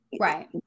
Right